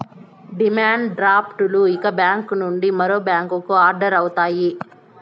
demand draft లు ఒక bank నుండి మరో బ్యాంకుకి ఆర్డర్ అవుతాయి